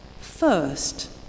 first